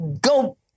go